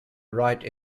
write